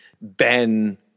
Ben